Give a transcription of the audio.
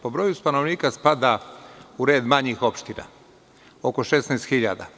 Po broju stanovnika spada u red manjih opština, oko 16.000.